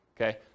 okay